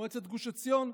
מועצת גוש עציון,